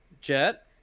Jet